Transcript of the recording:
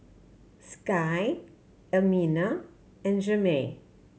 Sky Elmina and Jermey